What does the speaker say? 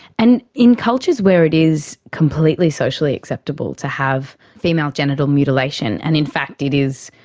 and in cultures where it is completely socially acceptable to have female genital mutilation, and in fact it is,